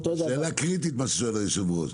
שאלה קריטית מה ששאל היו"ר.